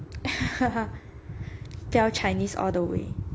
pure chinese all the way